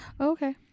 Okay